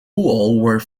were